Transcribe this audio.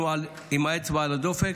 אנחנו עם האצבע על הדופק.